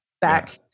back